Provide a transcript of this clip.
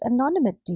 anonymity